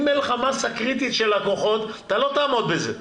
אם אין לך מסה קריטית של לקוחות לא תעמוד בזה.